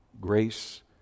Grace